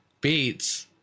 Beats